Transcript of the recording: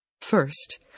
First